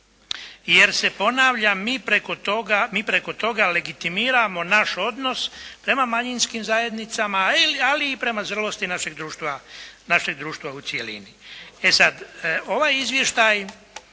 jer se ponavlja mi preko toga legitimiramo naš odnos prema manjinskim zajednicama, ali i prema zrelosti našeg društva u cjelini. E sada ovaj izvještaj